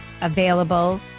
available